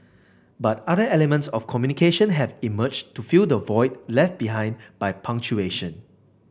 but other elements of communication have emerged to fill the void left behind by punctuation